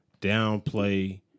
downplay